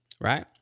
right